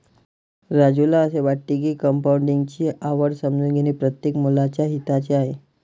राजूला असे वाटते की कंपाऊंडिंग ची आवड समजून घेणे प्रत्येक मुलाच्या हिताचे आहे